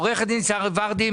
עורכת דין שרי ורדי,